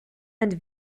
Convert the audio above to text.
and